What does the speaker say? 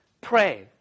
pray